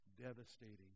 devastating